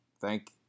Thank